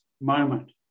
moment